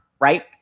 right